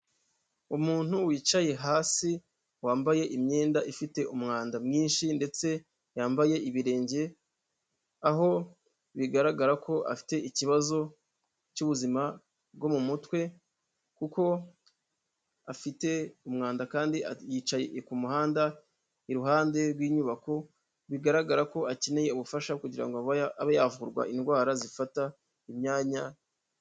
Umuntu wicaye hasi wambaye imyenda ifite umwanda mwinshi ndetse yambaye ibirenge, aho bigaragara ko afite ikibazo cy'ubuzima bwo mu mutwe kuko afite umwanda kandi yicaye ku muhanda iruhande rw'inyubako bigaragara ko akeneye ubufasha kugirango abe yavurwa indwara zifata imyanya.